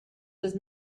does